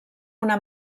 una